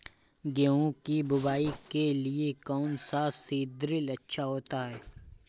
गेहूँ की बुवाई के लिए कौन सा सीद्रिल अच्छा होता है?